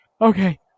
okay